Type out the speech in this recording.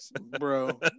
bro